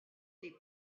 they